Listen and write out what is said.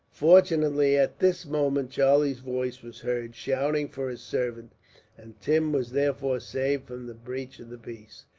fortunately, at this moment charlie's voice was heard, shouting for his servant and tim was therefore saved from the breach of the peace,